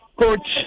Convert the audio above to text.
coach